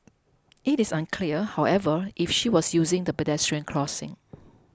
it is unclear however if she was using the pedestrian crossing